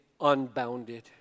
unbounded